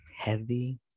heavy